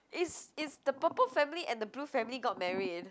it's it's the purple family and the blue family got married